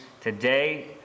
today